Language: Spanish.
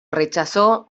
rechazó